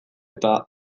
eta